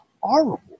horrible